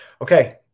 okay